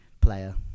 player